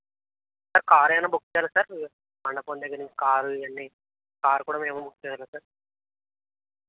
sir car ఏమన్న book చేయాల sir మండపం దగ్గర నుంచి కార్ ఇవి అన్నీ కార్ కూడా మేము బుక్ చేయాలి సార్